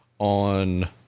On